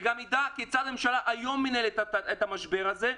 וגם ידע כיצד הממשלה היום מנהלת את המשבר הזה,